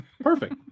perfect